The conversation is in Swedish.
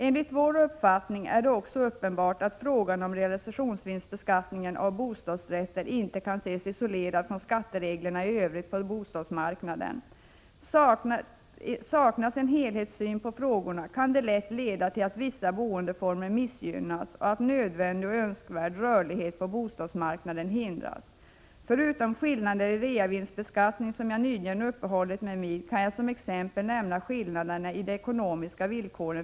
Enligt vår uppfattning är det uppenbart att frågan om realisationsvinstsbeskattning av bostadsrätter inte kan ses isolerat från skattereglerna i övrigt på bostadsmarknaden. Saknas en helhetssyn på frågorna kan det lätt leda till att vissa boendeformer missgynnas och att en nödvändig och önskvärd rörlighet på bostadsmarknaden hindras. Förutom skillnaden i reavinstsbeskattning som jag nyligen uppehållit mig vid, kan jag som exempel nämna skillnaderna i ekonomiska villkor.